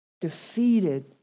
defeated